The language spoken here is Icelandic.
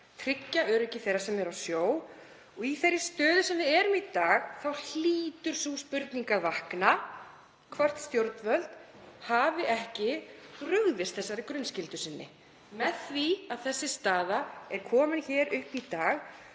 tryggja öryggi þeirra sem eru á sjó. Í þeirri stöðu sem við erum í í dag hlýtur sú spurning að vakna hvort stjórnvöld hafi ekki brugðist þeirri grunnskyldu sinni með því að þessi staða er komin upp í dag